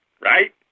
right